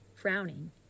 Frowning